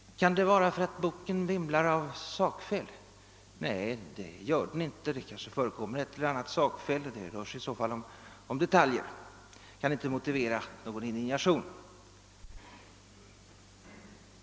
Kan det vara för att boken vimlar av sakfel? Nej, det gör den inte. Det kanske förekommer ett eller annat sakfel, men det rör sig i så fall om detaljer och kan inte motivera någon indignation.